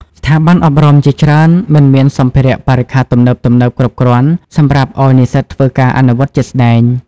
ស្ថាប័នអប់រំជាច្រើនមិនមានសម្ភារៈបរិក្ខារទំនើបៗគ្រប់គ្រាន់សម្រាប់ឱ្យនិស្សិតធ្វើការអនុវត្តជាក់ស្តែង។